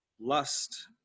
lust